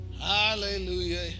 Hallelujah